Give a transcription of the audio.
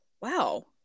Wow